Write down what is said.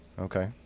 Okay